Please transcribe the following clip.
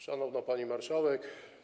Szanowna Pani Marszałek!